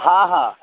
हा हा